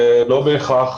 לא בהכרח.